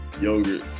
Yogurt